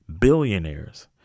billionaires